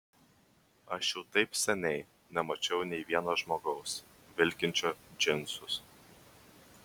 aš jau taip seniai nemačiau nei vieno žmogaus vilkinčio džinsus